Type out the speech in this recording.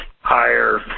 higher